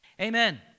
Amen